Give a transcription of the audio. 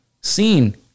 seen